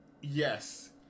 Yes